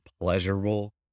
pleasurable